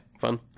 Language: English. fun